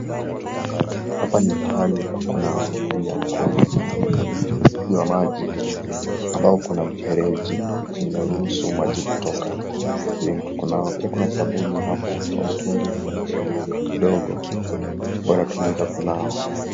Hapa ni mahali pa kunawia mikono na kunywa maji ambayo kuna mfereji inaruhusu maji kutoka ili mtu kunawa. Pia kuna sabuni hapo kwa mtungi kidogo inayotumika kunawa.